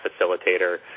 facilitator